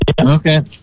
Okay